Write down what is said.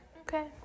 Okay